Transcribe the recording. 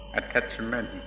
attachment